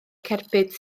cerbyd